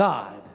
God